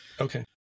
Okay